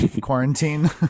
quarantine